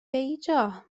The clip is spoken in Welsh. beidio